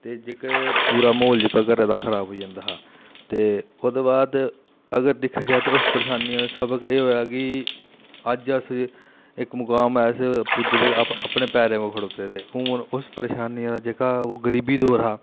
ते जेह्के पूरा म्हौल घरै दा खराब होई जंदा हा ते ओह्दे बाद अगर दिक्खेआ जा ते उस परेशानिया दा सबक एह् होएआ कि अज्ज अस इक मुकाम अस पुज्जे दे अपने पैरें पर खडोते दे हून उस परेशानियें दा जेह्का ओह् गरीबी दौर हा